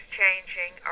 changing